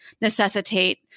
necessitate